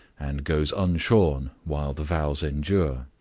and goes unshorn while the vows endure.